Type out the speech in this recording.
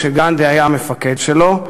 כשגנדי היה המפקד שלו,